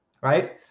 right